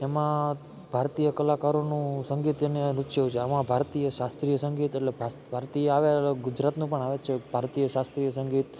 એમાં ભારતીય કલાકારોનું સંગીત એને લૂછયું છે આમાં ભારતીય શાસ્ત્રીય સંગીત એટલે ભારતીય આવે ગુજરાતનું પણ આવે છે ભારતીય શાસ્ત્રીય સંગીત